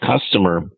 customer